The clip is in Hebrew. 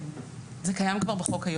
זה כבר היום קיים בחוק.